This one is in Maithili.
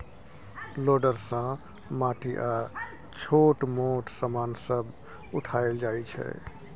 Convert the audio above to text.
लोडर सँ माटि आ छोट मोट समान सब उठाएल जाइ छै